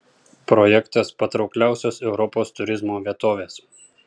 projektas patraukliausios europos turizmo vietovės